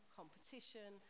competition